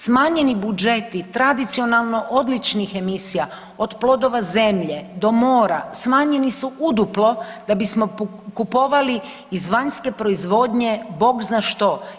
Smanjeni budžeti tradicionalno odličnih emisija od „Plodova zemlje“ do „Mora“ smanjeni su uduplo da bismo kupovali iz vanjske proizvodnje Bog zna što.